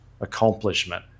accomplishment